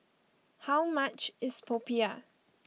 how much is Popiah